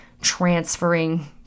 transferring